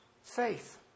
Faith